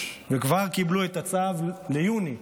וכבר קיבלו את הצו ליוני.